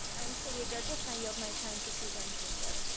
i'm sadie agurkis and i yield my time to suzanne granger.